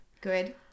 good